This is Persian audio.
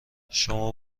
شما